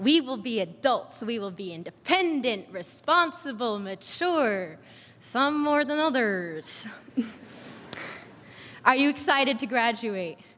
we will be adults we will be independent responsible mature some more than others are you excited to graduate